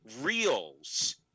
reels